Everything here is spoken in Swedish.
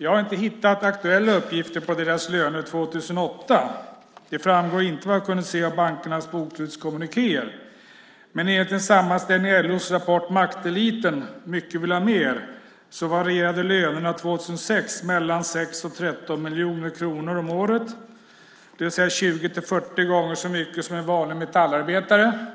Jag har inte hittat aktuella uppgifter om deras löner 2008 - de framgår vad jag kunnat se inte av bankernas bokslutskommunikéer - men enligt en sammanställning i LO:s rapport Makteliten - mycket vill ha mer varierade lönerna 2006 mellan 6 och 13 miljoner kronor om året. Det är 20-40 gånger så mycket som för en vanlig metallarbetare